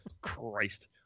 Christ